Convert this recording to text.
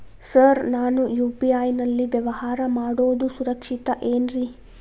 Sir ನಾನು UPI ನಲ್ಲಿ ವ್ಯವಹಾರ ಮಾಡೋದು ಸುರಕ್ಷಿತ ಏನ್ರಿ?